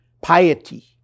Piety